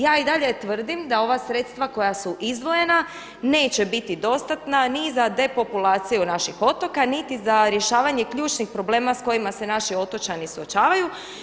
Ja i dalje tvrdim da ova sredstva koja su izdvojena neće bit dostatna ni za depopulaciju naših otoka niti za rješavanje ključnih problema s kojima se naši otočani suočavaju.